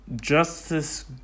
Justice